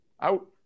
Out